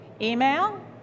Email